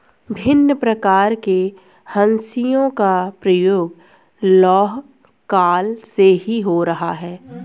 भिन्न प्रकार के हंसिया का प्रयोग लौह काल से ही हो रहा है